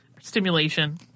stimulation